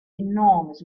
enormous